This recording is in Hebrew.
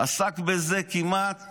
עסק בזה כמעט